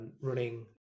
running